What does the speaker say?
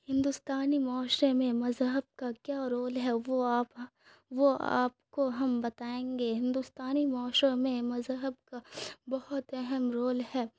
ہندوستانی معاشرے میں مذہب کا کیا رول ہے وہ آپ وہ آپ کو ہم بتائیں گے ہندوستانی معاشروں میں مذہب کا بہت اہم رول ہے